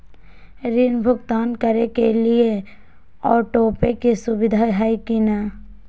ऋण भुगतान करे के लिए ऑटोपे के सुविधा है की न?